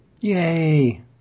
Yay